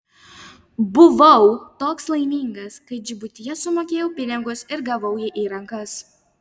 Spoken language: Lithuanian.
buvau toks laimingas kai džibutyje sumokėjau pinigus ir gavau jį į rankas